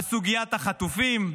על סוגיית החטופים,